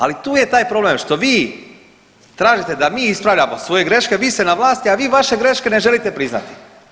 Ali tu je taj problem što vi tražite da mi ispravljamo svoje greške, vi ste na vlasti, a vi vaše greške ne želite priznati.